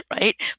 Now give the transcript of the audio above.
right